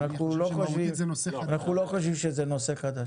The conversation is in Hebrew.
אנחנו לא חושבים שזה נושא חדש.